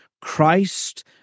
christ